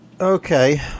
Okay